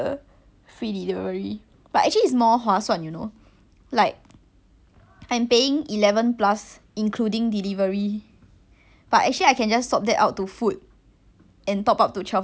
but actually I can just swap that out to food and top up to twelve dollars so I'm paying for extra food instead of delivery fee but then that would make me fatter so I just give up